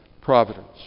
providence